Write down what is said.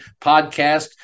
podcast